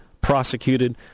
prosecuted